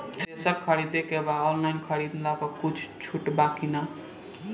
Thresher खरीदे के बा ऑनलाइन खरीद पर कुछ छूट बा कि न?